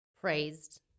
praised